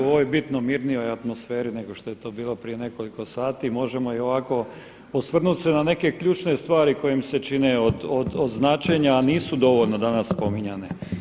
U ovoj bitno mirnoj atmosferi nego što je to bilo prije nekoliko sati možemo i ovako osvrnut se na neke ključne stvari koje mi se čine od značenja, a nisu dovoljno danas spominjane.